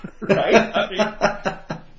Right